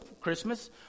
Christmas